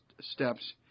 steps